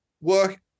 work